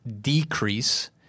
decrease